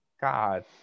God